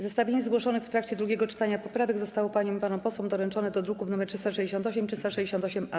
Zestawienie zgłoszonych w trakcie drugiego czytania poprawek zostało paniom i panom posłom doręczone do druków nr 368 i 368-A.